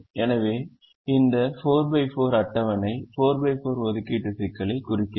எனவே இந்த 4 x 4 அட்டவணை 4 x 4 ஒதுக்கீட்டு சிக்கலைக் குறிக்கிறது